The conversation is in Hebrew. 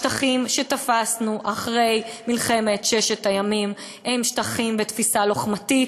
השטחים שתפסנו אחרי מלחמת ששת הימים הם שטחים בתפיסה לוחמתית,